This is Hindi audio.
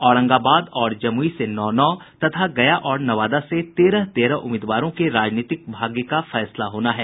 औरंगाबाद और जमुई से नौ नौ तथा गया और नवादा से तेरह तेरह उम्मीदवारों के राजनीतिक भाग्य का फैसला होना है